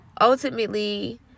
ultimately